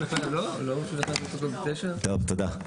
טוב, תודה.